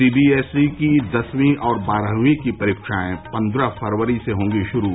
सी B S E की दसवीं और बारहवीं की परीक्षाएं पन्द्रह फरवरी से होंगी शुरू